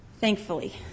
thankfully